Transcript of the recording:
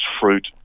fruit